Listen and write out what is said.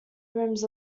rooms